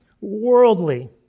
worldly